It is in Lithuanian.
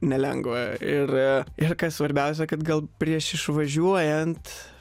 nelengva ir ir kas svarbiausia kad gal prieš išvažiuojant